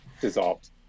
dissolved